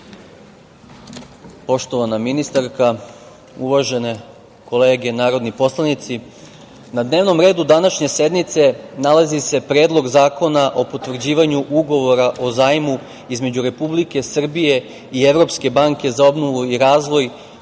ministarka, uvažene kolege narodni poslanici, na dnevnom redu današnje sednice nalazi se Predlog zakona o potvrđivanju Ugovora o zajmu između Republike Srbije i Evropske banke za obnovu i razvoj,